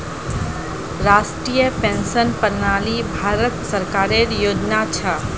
राष्ट्रीय पेंशन प्रणाली भारत सरकारेर योजना छ